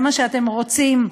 זה מה שאתם רוצים.